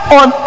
on